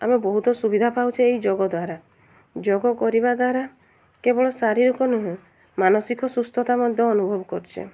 ଆମେ ବହୁତ ସୁବିଧା ପାଉଛେ ଏଇ ଯୋଗ ଦ୍ୱାରା ଯୋଗ କରିବା ଦ୍ୱାରା କେବଳ ଶାରୀରିକ ନୁହେଁ ମାନସିକ ସୁସ୍ଥତା ମଧ୍ୟ ଅନୁଭବ କରୁଛେ